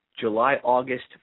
July-August